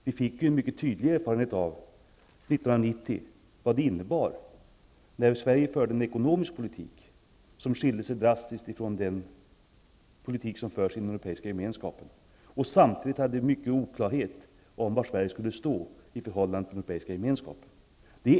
Vi fick ju 1990 en mycket tydlig erfarenhet av vad detta innebär i och med att Sverige då förde en ekonomisk politik som drastiskt skilde sig från den politik som förs inom den europeiska gemenskapen, samtidigt som det rådde en mycket stor oklarhet om var Sverige skulle stå i förhållande till den europeiska gemenskapen.